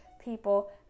people